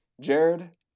Jared